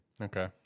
Okay